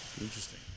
Interesting